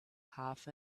half